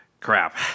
crap